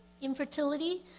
infertility